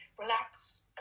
relax